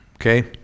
okay